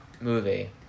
movie